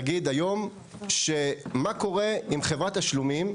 הנגיד העלה היום חשש: מה קורה אם חברת תשלומים,